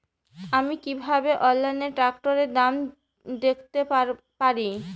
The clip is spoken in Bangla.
আমি কিভাবে অনলাইনে ট্রাক্টরের দাম দেখতে পারি?